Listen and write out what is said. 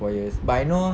four years but I know